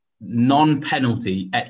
non-penalty